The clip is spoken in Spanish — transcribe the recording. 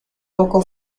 poco